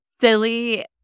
silly